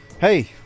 hey